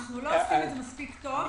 אנו לא עושים זאת מספיק טוב.